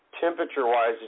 temperature-wise